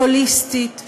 הוליסטית,